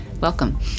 Welcome